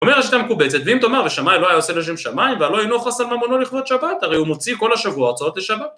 ... לא היה עושה לשם שמיים ‫והלוא אינו חס על ממונו לכבוד שבת, ‫הרי הוא מוציא כל השבוע ‫הוצאות לשבת.